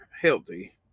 healthy